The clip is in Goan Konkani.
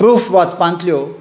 प्रूफ वाचपांतल्यो